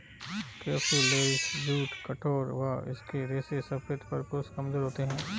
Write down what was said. capsularis jute कठोर व इसके रेशे सफेद पर कुछ कमजोर होते हैं